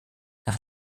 nach